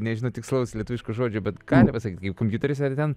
nežinau tikslaus lietuviško žodžio bet gali pasakyti kaip kompiuteris ar ten